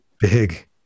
big